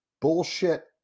bullshit